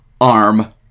arm